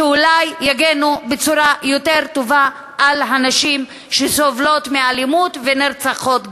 שאולי יגנו בצורה יותר טובה על הנשים שסובלות מאלימות וגם נרצחות.